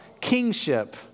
kingship